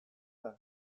gara